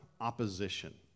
opposition